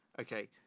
Okay